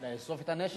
לאסוף את הנשק?